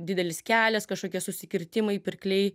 didelis kelias kažkokie susikirtimai pirkliai